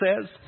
says